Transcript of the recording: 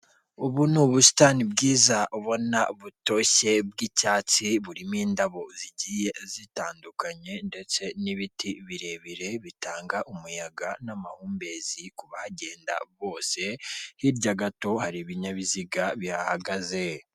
Ubu ni ubusitani bwiza ubona butoshye bw'icyatsi, burimo indabo zigiye zitandukanye ndetse n'ibiti birebire bitanga umuyaga n'amahumbezi ku bahagenda bose, hirya gato hari ibinyabiziga bihagaze.